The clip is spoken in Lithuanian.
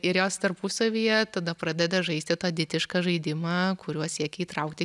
ir jos tarpusavyje tada pradeda žaisti tą ditišką žaidimą kuriuo siekia įtraukti